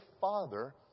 Father